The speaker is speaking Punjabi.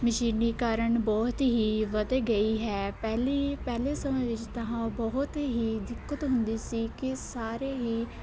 ਮਸ਼ੀਨੀਕਰਨ ਬਹੁਤ ਹੀ ਵੱਧ ਗਈ ਹੈ ਪਹਿਲੀ ਪਹਿਲੇ ਸਮੇਂ ਵਿੱਚ ਤਾਂ ਬਹੁਤ ਹੀ ਦਿੱਕਤ ਹੁੰਦੀ ਸੀ ਕਿ ਸਾਰੇ ਹੀ